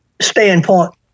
standpoint